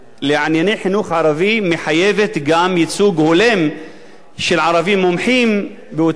חינוך ערבי מחייבת גם ייצוג הולם של ערבים מומחים באותה ועדה,